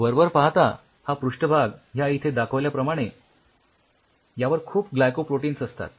वरवर पाहता हा पृष्ठभाग ह्या इथे दाखविल्याप्रमाणे यावर भरपूर ग्लायकोप्रोटीन्स असतात